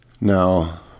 Now